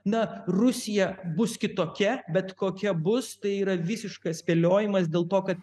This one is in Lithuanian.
na rusija bus kitokia bet kokia bus tai yra visiškas spėliojimas dėl to kad